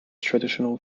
traditional